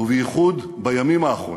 ובייחוד בימים האחרונים,